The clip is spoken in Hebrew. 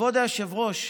נא לסיים.